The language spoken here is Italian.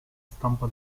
stampa